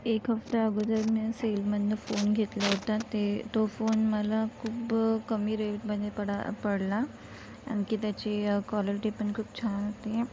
एक हफ्त्याअगोदर मी सेलमधलनं फोन घेतला होता ते तो फोन मला खूप कमी रेटमध्ये पडा पडला आणखी त्याची कॉलटी पण खूप छान होती